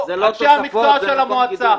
או אנשי המקצוע של המועצה.